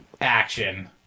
action